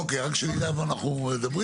אוקיי, אז רק שנדע על מה אנחנו מדברים.